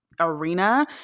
arena